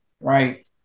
right